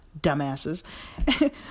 dumbasses